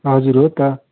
हजुर हो त